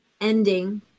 ending